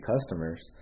customers